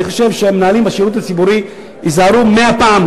אני חושב שהמנהלים בשירות הציבורי ייזהרו מאה פעם,